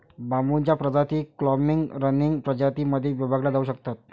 बांबूच्या प्रजाती clumping, running प्रजातीं मध्ये विभागल्या जाऊ शकतात